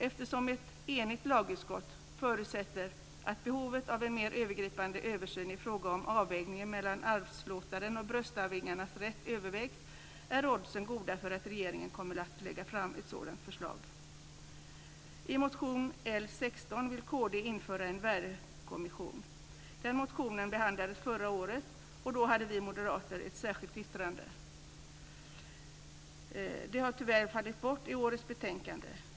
Eftersom ett enigt lagutskott förutsätter att behovet av en mer övergripande översyn i fråga om avvägningen mellan arvlåtarens och bröstarvingarnas rätt övervägs är oddsen goda för att regeringen kommer att lägga fram ett sådant förslag. Den motionen behandlades förra året, och då hade vi moderater ett särskilt yttrande. Det har tyvärr fallit bort i årets betänkande.